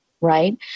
right